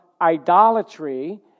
idolatry